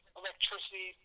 electricity